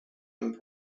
and